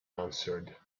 answered